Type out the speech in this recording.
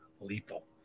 lethal